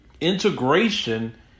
integration